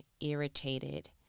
irritated